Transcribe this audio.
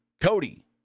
Cody